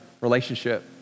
relationship